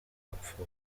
yapfuye